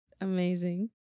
Amazing